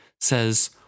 says